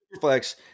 Flex